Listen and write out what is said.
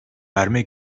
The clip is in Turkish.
verme